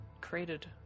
created